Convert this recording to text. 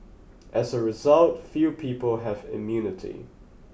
as a result few people have immunity